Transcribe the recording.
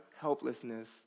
helplessness